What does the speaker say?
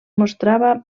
mostrava